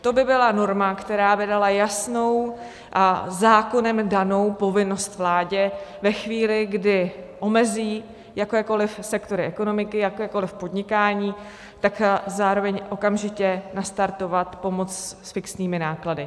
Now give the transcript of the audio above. To by byla norma, která by dala jasnou a zákonem danou povinnost vládě ve chvíli, kdy omezí jakékoliv sektory ekonomiky, jakékoliv podnikání, tak zároveň okamžitě nastartovat pomoc s fixními náklady.